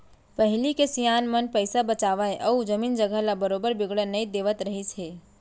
पहिली के सियान मन पइसा बचावय अउ जमीन जघा ल बरोबर बिगड़न नई देवत रहिस हे